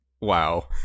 wow